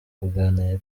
kuganira